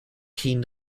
keen